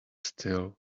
still